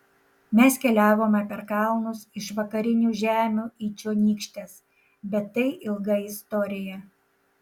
mes keliavome per kalnus iš vakarinių žemių į čionykštes bet tai ilga istorija